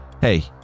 Hey